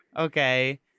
Okay